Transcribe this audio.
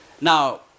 now